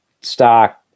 stock